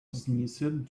dismissed